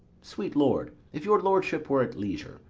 sweet lord, if your lordship were at leisure,